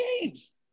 games